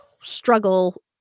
struggle